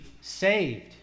saved